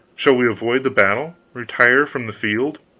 shall we avoid the battle, retire from the field?